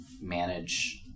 manage